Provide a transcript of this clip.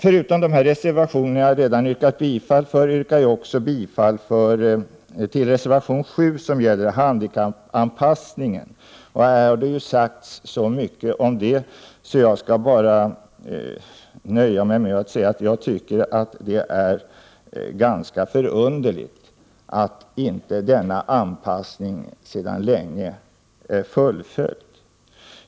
Förutom till de reservationer som jag redan yrkat bifall yrkar jag också bifall till reservation 7, som gäller handikappanpassning av kollektivtrafiken. Det är ju ganska underligt att inte denna anpassning sedan länge fullföljts.